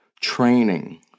training